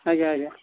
ଆଜ୍ଞା ଆଜ୍ଞା